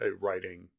writing